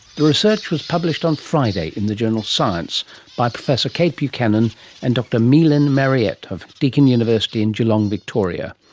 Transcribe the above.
the research was published on friday in the journal science by professor kate buchanan and dr mylene mariette of deakin university in geelong, victoria.